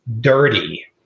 dirty